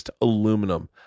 aluminum